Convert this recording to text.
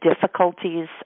difficulties